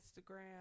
Instagram